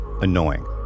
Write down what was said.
annoying